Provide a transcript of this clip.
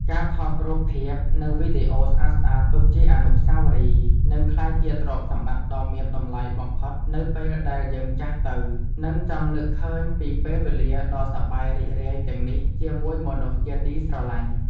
ការថតរូបភាព និង វីដេអូស្អាតៗទុកជាអនុស្សាវរីយ៍នឹងក្លាយជាទ្រព្យសម្បត្តិដ៏មានតម្លៃបំផុតនៅពេលដែលយើងចាស់ទៅ និង ចង់នឹកឃើញពីពេលវេលាដ៏សប្បាយរីករាយទាំងនេះជាមួយមនុស្សជាទីស្រឡាញ់។